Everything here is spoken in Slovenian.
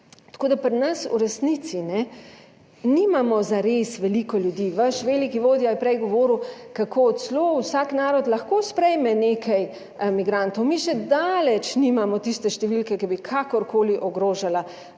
Tako da pri nas v resnici, ne, nimamo zares veliko ljudi. Vaš veliki vodja je prej govoril, kako celo vsak narod lahko sprejme nekaj migrantov. Mi še daleč nimamo tiste številke, ki bi kakorkoli ogrožala